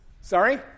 Sorry